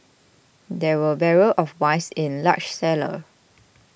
there were barrels of wines in large cellar